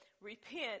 repent